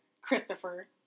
Christopher